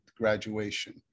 Graduation